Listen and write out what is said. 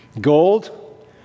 Gold